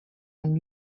amb